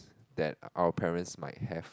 that our parents might have